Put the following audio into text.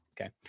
Okay